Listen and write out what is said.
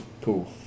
pool